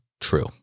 true